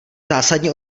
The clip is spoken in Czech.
zásadně